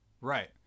Right